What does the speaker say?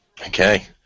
Okay